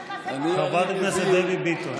חברת הכנסת דבי ביטון.